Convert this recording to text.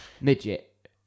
midget